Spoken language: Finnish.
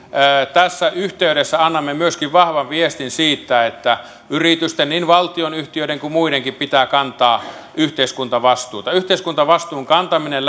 tässä yhteydessä annamme myöskin vahvan viestin siitä että yritysten niin valtionyhtiöiden kuin muidenkin pitää kantaa yhteiskuntavastuuta yhteiskuntavastuun kantaminen